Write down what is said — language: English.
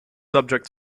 subject